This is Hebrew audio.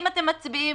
אם אתם מצביעים